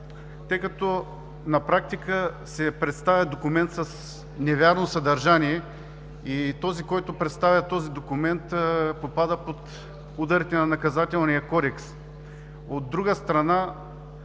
като на практика се представя документ с невярно съдържание и този, който представя този документ, попада под ударите на Наказателния кодекс. От друга страна,